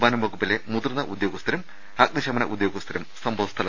വനം വകു പ്പിലെ മുതിർന്ന ഉദ്യോഗസ്ഥരും അഗ്നിശമനം ഉദ്യോഗസ്ഥരും സംഭവസ്ഥ ലത്തുണ്ട്